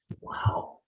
wow